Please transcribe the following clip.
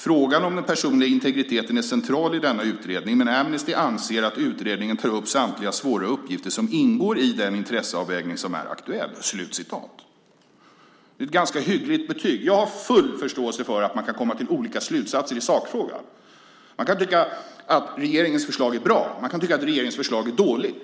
Frågan om den personliga integriteten är central i denna utredning, men Amnesty anser att utredningen tar upp samtliga svåra uppgifter som ingår i den intresseavvägning som är aktuell. Det är ett ganska hyggligt betyg. Jag har full förståelse för att man kan komma till olika slutsatser i sakfrågan. Man kan tycka att regeringens förslag är bra. Man kan tycka att regeringens förslag är dåligt.